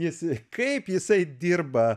jis kaip jisai dirba